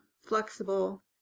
flexible